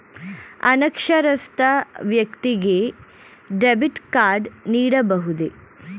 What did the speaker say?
ಅನಕ್ಷರಸ್ಥ ವ್ಯಕ್ತಿಗೆ debit card ನೀಡಬಹುದೇ?